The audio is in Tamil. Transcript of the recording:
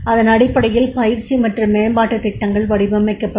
அதன் அடிப்படையில் பயிற்சி மற்றும் மேம்பாட்டு திட்டங்கள் வடிவமைக்கப்படும்